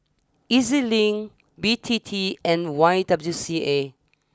E Z Link B T T and Y W C A